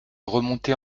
remontait